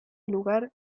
lugar